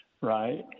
right